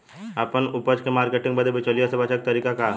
आपन उपज क मार्केटिंग बदे बिचौलियों से बचे क तरीका का ह?